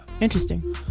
Interesting